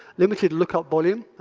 limited lookup volume,